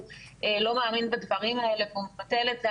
לא מאמין בדברים האלה והוא מבטל את זה.